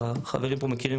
החברים פה מכירים,